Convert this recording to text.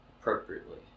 appropriately